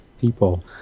people